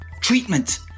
Treatment